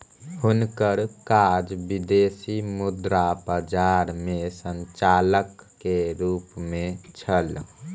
हुनकर काज विदेशी मुद्रा बजार में संचालक के रूप में छल